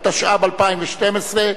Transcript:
התשע"ב 2012,